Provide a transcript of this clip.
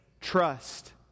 trust